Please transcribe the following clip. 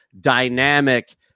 dynamic